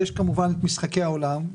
יש כמובן משחקי העולם,